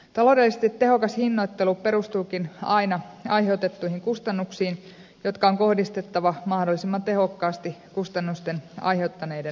taloudellisesti tehokas hinnoittelu perustuukin aina aiheutettuihin kustannuksiin jotka on kohdistettava mahdollisimman tehokkaasti kustannusten aiheuttaneiden maksettavaksi